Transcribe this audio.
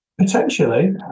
Potentially